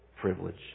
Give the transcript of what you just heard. privilege